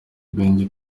agahenge